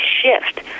shift